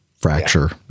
fracture